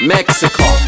Mexico